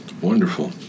wonderful